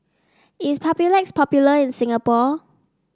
is Papulex popular in Singapore